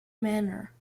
manner